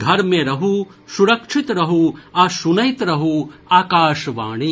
घर मे रहू सुरक्षित रहू आ सुनैत रहू आकाशवाणी